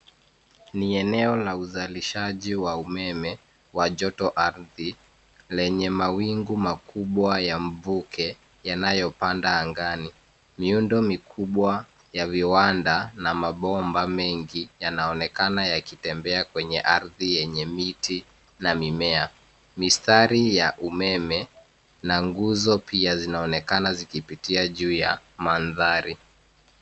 Ni eneo la uzalishaji wa umeme wa joto ardhi lenye mawingu makubwa ya mvuke yanayopanda angani, miundo mikubwa ya viwanda na mabomba mengi yanaonekana yakitembea kwenye ardhi yenye miti na mimea. Mistari ya umeme na nguzo pia zinaonekana zikipitia juu ya mandhari.